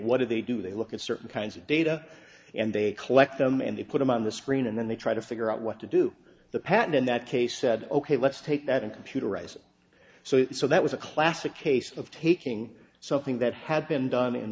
what do they do they look at search kinds of data and they collect them and they put them on the screen and then they try to figure out what to do the patent in that case said ok let's take that and computerized so so that was a classic case of taking something that had been done